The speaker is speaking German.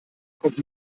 kommt